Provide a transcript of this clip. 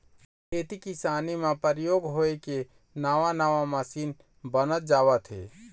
खेती किसानी म परयोग होय के नवा नवा मसीन बनत जावत हे